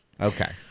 Okay